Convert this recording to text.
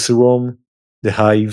The Swarm - The Hive